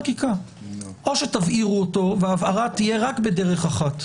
או שתבהירו אותו, והבהרה תהיה רק בדרך אחת,